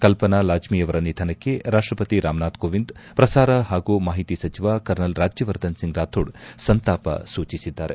ಕಲ್ಪನಾ ಲಾಜ್ಜಿಯವರ ನಿಧನಕ್ಕೆ ರಾಷ್ಷಪತಿ ರಾಮನಾಥ್ ಕೋವಿಂದ್ ಪ್ರಸಾರ ಹಾಗೂ ಮಾಹಿತಿ ಸಚಿವ ಕರ್ನಲ್ ರಾಜ್ಯವರ್ಧನ್ ಸಿಂಗ್ ರಾಥೋಡ್ ಸಂತಾಪ ಸೂಚಿಸಿದ್ದಾರೆ